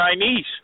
Chinese